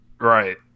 right